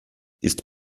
ist